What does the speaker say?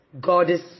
goddess